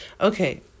Okay